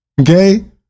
okay